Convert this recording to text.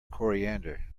coriander